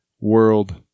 world